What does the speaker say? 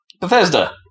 Bethesda